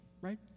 right